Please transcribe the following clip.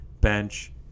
bench